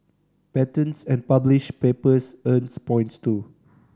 patents and published papers earn points too